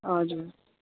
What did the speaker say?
हजुर